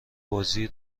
بازی